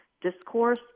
discourse